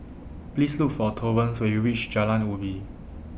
Please Look For Torrance when YOU REACH Jalan Ubi